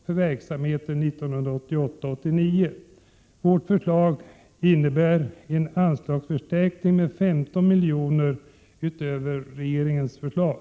för verksamheten 1988/89. Vårt förslag innebär en anslagsförstärkning med 15 miljoner utöver regeringens förslag.